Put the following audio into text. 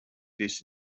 this